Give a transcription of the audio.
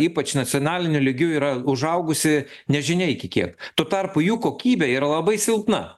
ypač nacionaliniu lygiu yra užaugusi nežinia iki kiek tuo tarpu jų kokybė yra labai silpna